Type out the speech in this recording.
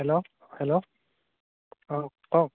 hello hello অঁ কওক